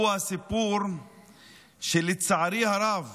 הוא הסיפור שלצערי הרב